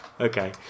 Okay